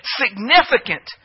significant